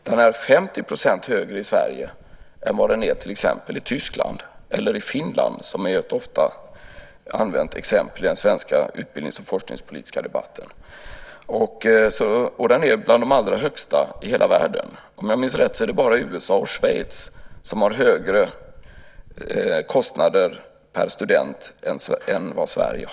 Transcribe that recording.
Den är 50 % högre i Sverige än vad den är i till exempel Tyskland eller Finland, som är ett ofta använt exempel i den svenska utbildnings och forskningspolitiska debatten. Prislappen är alltså bland de allra högsta i hela världen. Om jag minns rätt är det bara USA och Schweiz som har högre kostnader per student än vad man har i Sverige.